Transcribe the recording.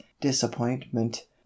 disappointment